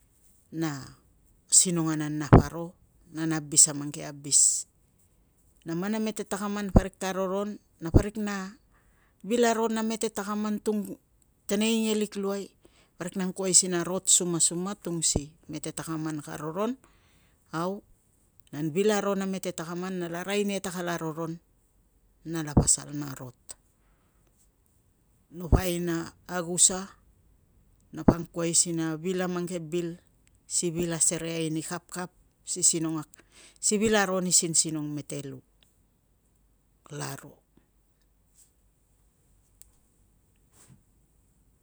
Na sinong ananap aro na, na abis a mang ke abis. Na man a mete takaman parik ka roron, na parik na vil aro na mete takaman tung tenei ngelik luai, parik na angkuai si na rot sumasuma tung si mete takaman ka roron. Au nan vil aro na mete takaman nala arai nia ta kala roron, na pasal ta rot. Napa aina agusa, napa angkuai si na vil a mang ke bil si vil asereai ni kapkap si vil aro ni sinsinong mete lu, kalaro.